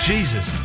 Jesus